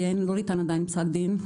אני חייבת לציין שלא ניתן עדיין פסק דין.